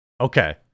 okay